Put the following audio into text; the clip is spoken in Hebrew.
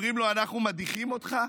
אומרים לו: אנחנו מדיחים אותך?